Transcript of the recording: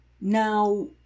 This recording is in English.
Now